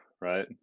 Right